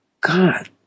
God